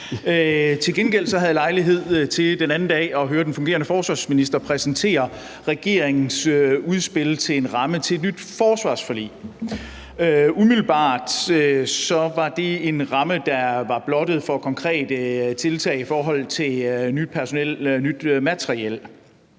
Til gengæld havde jeg lejlighed til den anden dag at høre den fungerende forsvarsminister præsentere regeringens udspil til en ramme for et nyt forsvarsforlig. Umiddelbart var det en ramme, der var blottet for konkrete tiltag i forhold til nyt personel